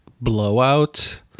blowout